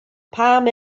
palm